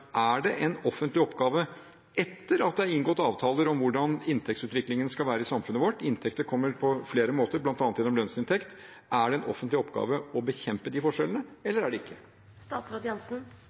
Er det en offentlig oppgave – etter at det er inngått avtaler om hvordan inntektsutviklingen skal være i samfunnet vårt, og inntekter kommer på flere måter, bl.a. gjennom lønnsinntekt – å bekjempe de forskjellene, eller er det